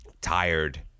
tired